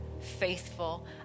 faithful